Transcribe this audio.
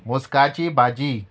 मोस्काची भाजी